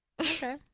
okay